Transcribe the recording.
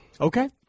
Okay